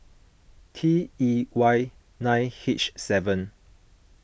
T E Y nine H seven